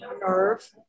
nerve